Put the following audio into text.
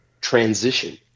transition